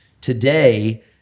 today